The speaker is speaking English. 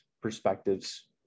perspectives